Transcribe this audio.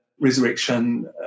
resurrection